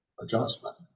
adjustment